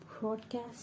broadcast